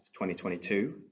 2022